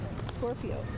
scorpio